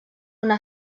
una